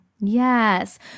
Yes